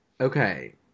okay